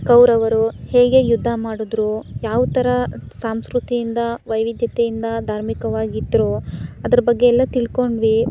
ಕೌರವರು ಹೇಗೆ ಯುದ್ಧ ಮಾಡಿದ್ರು ಯಾವ ಥರ ಸಂಸ್ಕೃತಿಯಿಂದ ವೈವಿಧ್ಯತೆಯಿಂದ ಧಾರ್ಮಿಕವಾಗಿ ಇದ್ದರು ಅದ್ರ ಬಗ್ಗೆ ಎಲ್ಲ ತಿಳ್ದ್ಕೊಂಡ್ವಿ